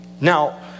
Now